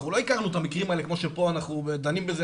אנחנו לא הכרנו את המקרים האלה כמו שפה אנחנו דנים בזה,